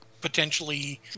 potentially